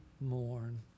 mourn